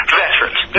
veterans